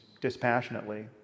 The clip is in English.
dispassionately